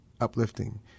uplifting